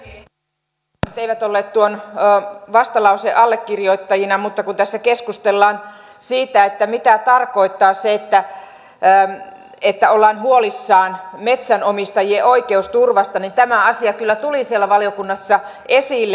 sosialidemokraatit eivät olleet tuon vastalauseen allekirjoittajina mutta kun tässä keskustellaan siitä mitä tarkoittaa se että ollaan huolissaan metsänomistajien oikeusturvasta niin tämä asia kyllä tuli siellä valiokunnassa esille